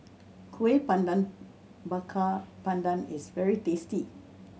Kueh Pandan Bakar Pandan is very tasty